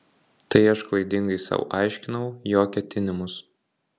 tai aš klaidingai sau aiškinau jo ketinimus